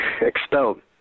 expelled